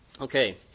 Okay